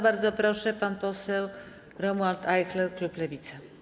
Bardzo proszę, pan poseł Romuald Ajchler, klub Lewica.